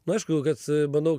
nu aišku kad manau